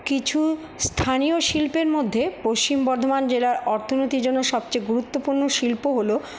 কিছু স্থানীয় শিল্পের মধ্যে পশ্চিম বর্ধমান জেলার অর্থনীতির জন্য সবচেয়ে গুরুত্বপূর্ণ শিল্প হলো